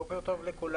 בוקר טוב לכולם.